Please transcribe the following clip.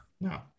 no